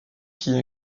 qui